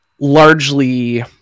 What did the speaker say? largely